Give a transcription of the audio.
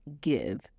give